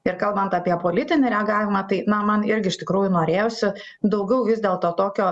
ir kalbant apie politinį reagavimą tai na man irgi iš tikrųjų norėjosi daugiau vis dėlto tokio